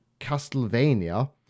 Castlevania